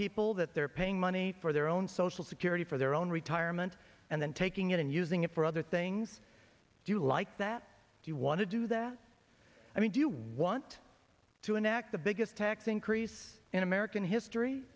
people that they're paying money for their own social security for their own retirement and then taking it and using it for other things do you like that do you want to do that i mean do you want to enact the biggest tax increase in american history